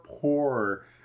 poor